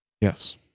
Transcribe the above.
Yes